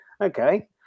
okay